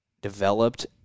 developed